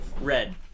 Red